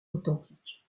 authentique